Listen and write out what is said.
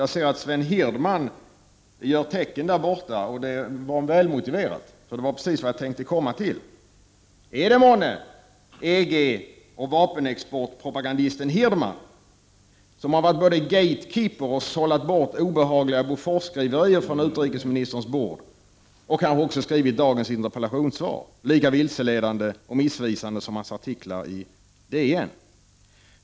Jag ser att Sven Hirdman gör ett tecken där borta, och det är välmotiverat, för detta är precis vad jag tänkte komma till: Är det månne EG och vapenexportpropagandisten Hirdman som har varit ”gatekeeper” och sållat bort obehagliga Boforsskriverier från utrikesministerns bord — och kanske också skrivit dagens interpellationssvar, lika vilseledande och missvisande som hans artiklar i DN?